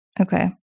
Okay